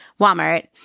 Walmart